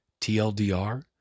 TLDR